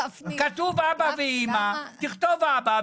כתוב "אבא" ו"אימא" תכתוב "אבא"